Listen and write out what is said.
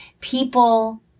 People